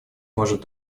может